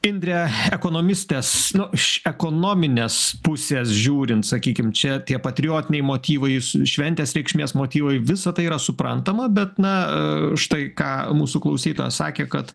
indre ekonomistės nu iš ekonominės pusės žiūrint sakykim čia tie patriotiniai motyvai su šventės reikšmės motyvai visa tai yra suprantama bet na štai ką mūsų klausytojas sakė kad